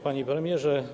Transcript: Panie Premierze!